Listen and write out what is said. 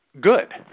good